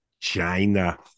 China